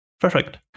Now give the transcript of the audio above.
Perfect